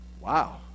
Wow